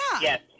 Yes